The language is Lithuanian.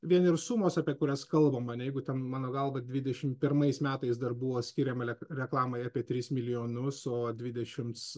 vien ir sumos apie kurias kalbam ane jeigu ten mano galva dvidešimt pirmais metais dar buvo skiriama reklamai apie tris milijonus o dvidešimts